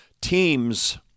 teams